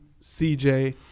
CJ